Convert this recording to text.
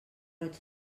roig